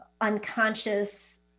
unconscious